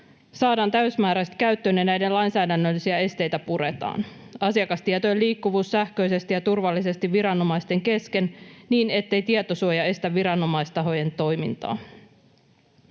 saadaan täysmääräisesti käyttöön ja näiden lainsäädännöllisiä esteitä puretaan ja että asiakastiedot liikkuvat sähköisesti ja turvallisesti viranomaisten kesken niin, ettei tietosuoja estä viranomaistahojen toimintaa.